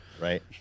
right